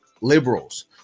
liberals